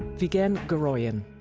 vigen guroian